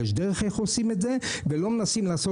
יש דרך איך עושים את זה ולא מנסים לעשות